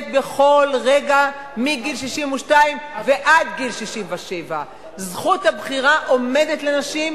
בכל רגע מגיל 62 ועד גיל 67. זכות הבחירה עומדת לנשים,